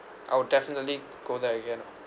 I would definitely go there again ah